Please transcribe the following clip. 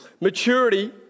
Maturity